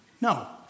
No